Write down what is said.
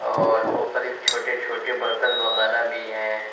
اور مختلف چھوٹے چھوٹے برتن وغیرہ بھی ہیں